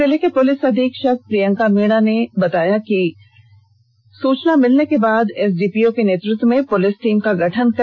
जिले के पुलिस अधीक्षक प्रियंका मीणा ने गृप्त सुचना मिलने के बाद एसडीपीओ के नेतत्व में पुलिस टीम का गठन किया